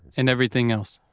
and everything else.